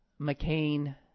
McCain